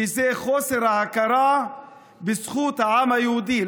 שזה חוסר ההכרה בזכות העם היהודי.